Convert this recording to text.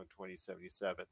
2077